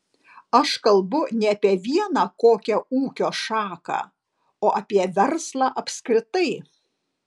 aš kalbu ne apie vieną kokią ūkio šaką o apie verslą apskritai